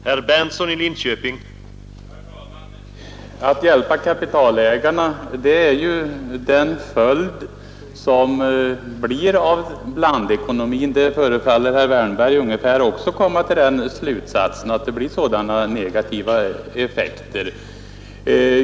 Herr talman! Att man hjälper kapitalägarna är ju en följd av blandekonomin. Herr Wärnberg förefaller också komma till slutsatsen att det blir sådana negativa effekter.